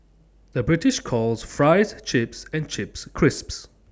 the British calls Fries Chips and Chips Crisps